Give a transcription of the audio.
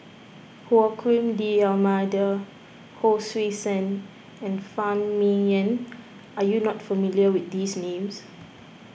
Joaquim D'Almeida Hon Sui Sen and Phan Ming Yen are you not familiar with these names